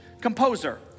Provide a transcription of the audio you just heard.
composer